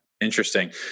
Interesting